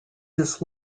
his